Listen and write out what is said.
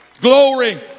Glory